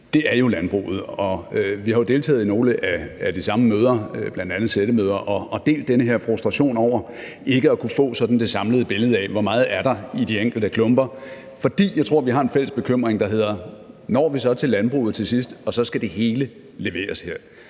nat, er jo landbruget. Vi har jo deltaget i nogle af de samme møder, bl.a. sættemøder, og delt den her frustration over ikke at kunne få sådan det samlede billede af, hvor meget der er i de enkelte klumper, fordi jeg tror, vi har en fælles bekymring, der hedder: Når vi så til landbruget til sidst, og så skal det hele leveres her?